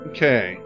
Okay